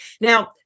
Now